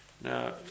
Now